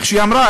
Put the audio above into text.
כמו שהיא אמרה,